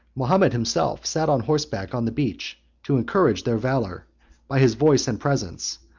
mahomet himself sat on horseback on the beach to encourage their valor by his voice and presence,